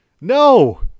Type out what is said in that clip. no